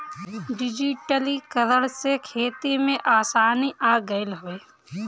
डिजिटलीकरण से खेती में आसानी आ गईल हवे